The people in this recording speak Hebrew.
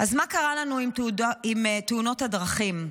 מה קרה לנו עם תאונות הדרכים?